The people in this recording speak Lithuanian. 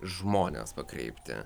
žmones pakreipti